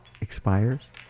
expires